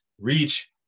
reach